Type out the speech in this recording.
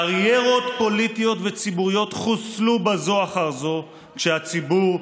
קריירות פוליטיות וציבוריות חוסלו בזו אחר זו כשהציבור,